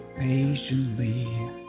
patiently